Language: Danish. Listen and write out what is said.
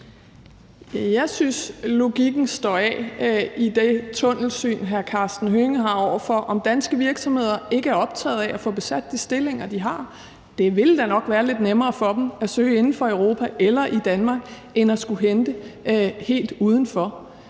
Jeg synes, at logikken står af med det tunnelsyn, som hr. Karsten Hønge har, nemlig at danske virksomheder ikke er optaget af at få besat de ledige stillinger, de her. Det ville da nok være lidt nemmere for dem at søge inden for Europa eller i Danmark end at skulle hente dem udenfor.